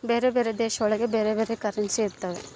ಬೇರೆ ಬೇರೆ ದೇಶ ಒಳಗ ಬೇರೆ ಕರೆನ್ಸಿ ಇರ್ತವ